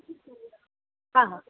हा हा